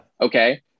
Okay